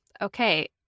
Okay